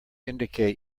indicate